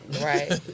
Right